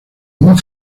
más